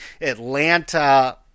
Atlanta